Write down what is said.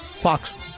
Fox